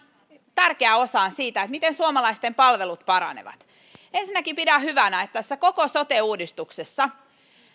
tärkeään osaan miten suomalaisten palvelut paranevat ensinnäkin pidän hyvänä että tässä koko sote uudistuksessa